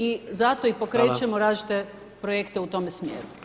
I zato i [[Upadica: Hvala.]] pokrećemo različite projekte u tome smjeru.